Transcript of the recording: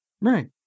right